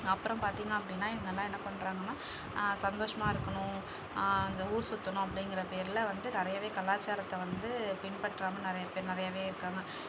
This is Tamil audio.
அப்புறம் பார்த்தீங்க அப்படின்னா இவங்கெல்லாம் என்ன பண்ணுறாங்கனா சந்தோஷமாக இருக்கணும் அந்த ஊர் சுற்றணும் அப்படிங்கற பேரில் வந்து நிறையவே கலாச்சாரத்தை வந்து பின்பற்றாமல் நிறைய பேர் நிறையவே இருக்காங்க